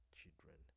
children